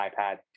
iPad